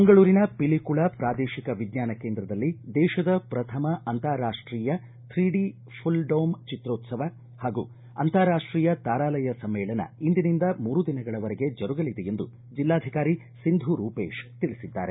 ಮಂಗಳೂರಿನ ಪಿಲಿಕುಳ ಪ್ರಾದೇಶಿಕ ವಿಜ್ಞಾನ ಕೇಂದ್ರದಲ್ಲಿ ದೇಶದ ಪ್ರಥಮ ಅಂತಾರಾಷ್ಷೀಯ ಥ್ರೀ ಡಿ ಫುಲ್ ಡೋಮ್ ಚಿತ್ರೋತ್ಸವ ಹಾಗೂ ಅಂತಾರಾಷ್ಷೀಯ ತಾರಾಲಯ ಸಮ್ಮೇಳನ ಇಂದಿನಿಂದ ಮೂರು ದಿನಗಳ ವರೆಗೆ ಜರುಗಲಿದೆ ಎಂದು ಜಿಲ್ಲಾಧಿಕಾರಿ ಸಿಂಧು ರೂಪೇಶ್ ತಿಳಿಸಿದ್ದಾರೆ